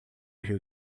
rio